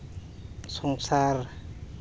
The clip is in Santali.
ᱥᱚᱝᱥᱟᱨ